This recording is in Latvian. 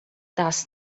tas